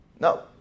No